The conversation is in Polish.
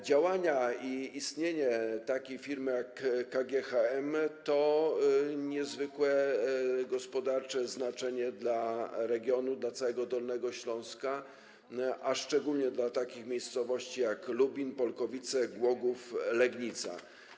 Działania, istnienie takiej firmy jak KGHM ma niezwykłe gospodarcze znaczenie dla regionu, dla całego Dolnego Śląska, szczególnie dla takich miejscowości jak Lubin, Polkowice, Głogów i Legnica.